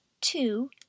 two